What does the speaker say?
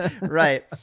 Right